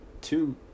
two